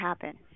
happen